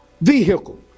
vehicle